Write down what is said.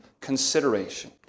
consideration